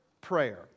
prayer